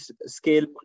scale